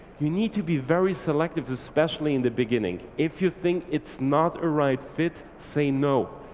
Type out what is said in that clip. you need to be very selective especially in the beginning. if you think it's not a right fit, say no.